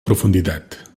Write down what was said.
profunditat